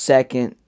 Second